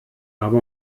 habe